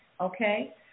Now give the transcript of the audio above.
okay